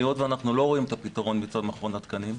היות שאנחנו לא רואים את הפתרון מצד מכון התקנים,